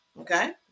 okay